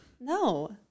No